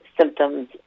symptoms